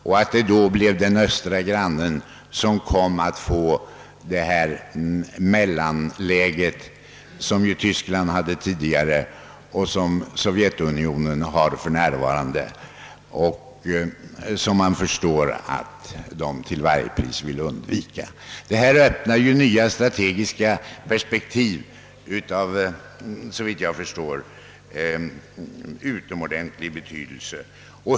Då blir det den östra grannen som hamnar i det mellanläge där Tyskland befann sig tidigare och där Sovjetunionen för närvarande befinner sig. Det är en position som Sovjetunionen till varje pris vill undvika. I detta sammanhang öppnar sig nya strategiska perspektiv av utomordentlig betydelse.